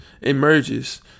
Emerges